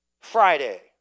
Friday